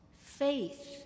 Faith